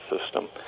system